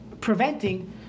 preventing